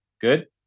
Good